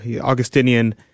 augustinian